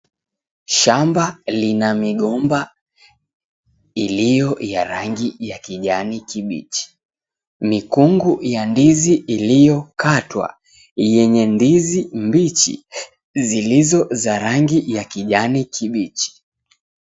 Shamba lina migomba iliyo la rangi ya kijani kibichi. Mikungu ya ndizi iliyokatwa yenye ndizi mbichi zilizo za rangi ya kijani kibichi.